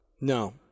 No